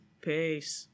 peace